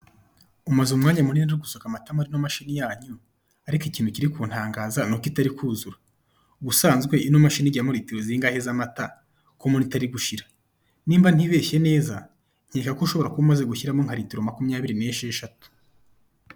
Umaze umwanya munini uri gusuka amata muri ino mashini yanyu ariko ikintu kiri kuntangaza ni uko itari kuzura, ubusanzwe ino mashini ijyamo litiro zingahe z'amata ko mbona itari gushira? nimba ntibeshye neza nkeka ko ushobora kuba umaze gushyiramo nka litiro makumyabiri n'esheshatu.